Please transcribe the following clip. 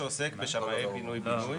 הנושא הבא הוא נושא שעוסק בשמאי פינוי בינוי.